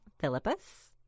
Philippus